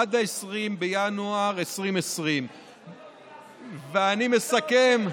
עד 20 בינואר 2020. ואני מסכם,